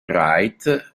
wright